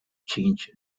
change